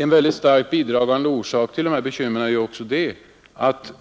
En mycket starkt bidragande orsak till dessa bekymmer är att